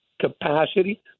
capacity